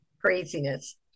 craziness